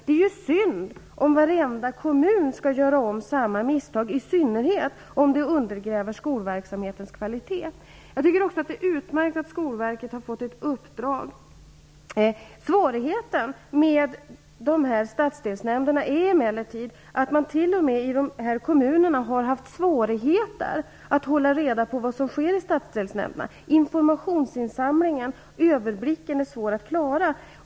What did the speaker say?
Det är synd ifall varenda kommun skall göra om samma misstag, i synnerhet om det undergräver skolverksamhetens kvalitet. Jag tycker också att det är utmärkt att Skolverket har fått ett uppdrag. Svårigheten med stadsdelsnämnderna är emellertid att man till och med i kommunerna har haft svårigheter att hålla reda på vad som sker i stadsdelsnämnderna. Informationsinsamlingen och överblicken är svår att klara.